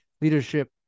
leadership